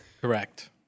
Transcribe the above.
Correct